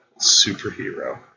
superhero